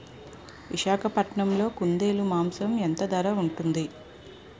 విశాఖపట్నంలో కుందేలు మాంసం ఎంత ధర ఉంటుంది?